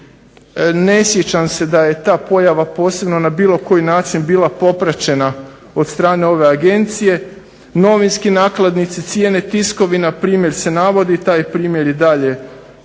Ne sjećam se da je ta pojava posebno na bilo koji način bila popraćena od strane ove agencije. Novinski nakladnici, cijene tiskovina primjer se navodi, taj primjer i dalje na